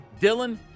Dylan